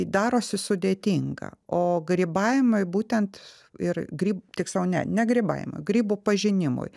darosi sudėtinga o grybavimui būtent ir gry tiksliau ne ne grybavimui grybų pažinimui